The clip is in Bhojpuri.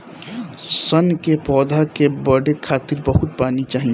सन के पौधा के बढ़े खातिर बहुत पानी चाही